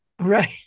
Right